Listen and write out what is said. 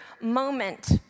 moment